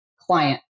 client